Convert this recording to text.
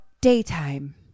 Daytime